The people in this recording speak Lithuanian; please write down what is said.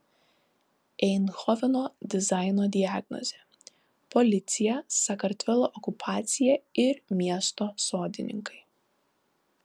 eindhoveno dizaino diagnozė policija sakartvelo okupacija ir miesto sodininkai